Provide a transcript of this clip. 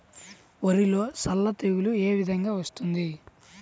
వరిలో సల్ల తెగులు ఏ విధంగా వస్తుంది?